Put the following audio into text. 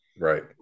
right